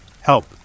Help